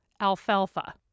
Alfalfa